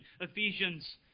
Ephesians